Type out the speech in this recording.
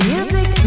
Music